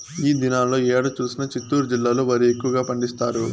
ఈ దినాల్లో ఏడ చూసినా చిత్తూరు జిల్లాలో వరి ఎక్కువగా పండిస్తారు